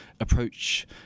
approach